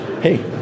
hey